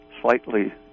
slightly